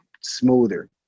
smoother